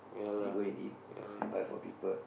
they go and eat they buy for people